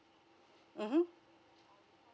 mmhmm